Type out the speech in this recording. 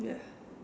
ya